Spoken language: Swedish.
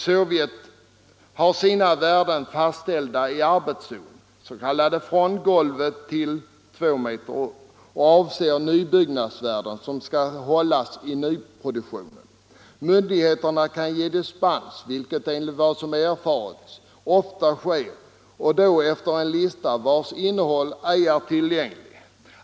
Sovjet har sina värden fastställda för arbetszonen — från golvet upp till 2 meters höjd — och de avser nybyggnadsvärden som skall hållas i nyproduktion. Myndigheterna kan ge dispens vilket, enligt vad som erfarits, ofta sker och då efter en lista vars innehåll ej är tillgängligt.